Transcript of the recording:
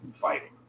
fighting